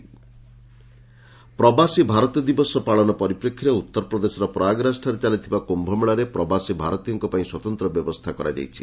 ପ୍ରବାସୀ କୁମ୍ଭମେଳା ପ୍ରବାସୀ ଭାରତୀୟ ଦିବସ ପାଳନ ପରିପ୍ରେକ୍ଷୀରେ ଉତ୍ତରପ୍ରଦେଶର ପ୍ରୟାଗରାଜ୍ଠାରେ ଚାଲିଥିବା କ୍ୟୁମେଳାରେ ପ୍ରବାସୀ ଭାରତୀୟଙ୍କ ପାଇଁ ସ୍ପତନ୍ତ୍ର ବ୍ୟବସ୍ଥା କରାଯାଇଛି